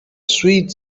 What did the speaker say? sweet